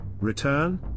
return